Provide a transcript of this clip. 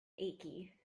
achy